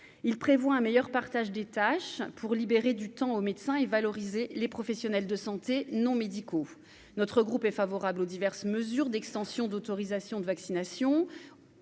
il prévoit un meilleur partage des tâches pour libérer du temps aux médecins et valoriser les professionnels de santé non médicaux, notre groupe est favorable aux diverses mesures d'extension d'autorisation de vaccination